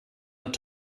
hat